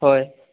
होय